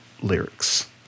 lyrics